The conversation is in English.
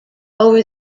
over